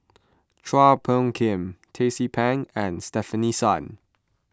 Chua Phung Kim Tracie Pang and Stefanie Sun